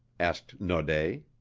asked naude.